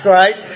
right